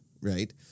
right